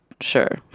sure